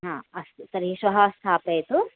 आ अस्तु तर्हि श्वः स्थापयतु